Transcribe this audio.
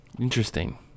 Interesting